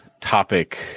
topic